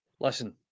Listen